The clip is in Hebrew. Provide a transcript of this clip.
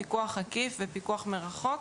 פיקוח עקיף ופיקוח מרחוק.